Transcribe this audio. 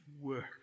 work